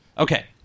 Okay